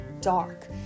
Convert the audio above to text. dark